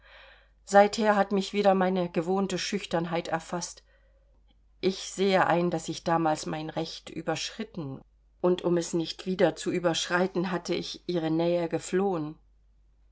seither hat mich wieder meine gewohnte schüchternheit erfaßt ich sehe ein daß ich damals mein recht überschritten und um es nicht wieder zu überschreiten hatte ich ihre nähe geflohen